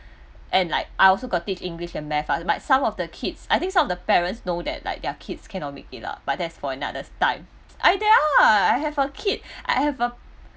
and like I also got teach english and math lah but some of the kids I think some of the parents know that like their kids cannot make it lah but that's for another time I there are I have a kid I have a